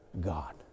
God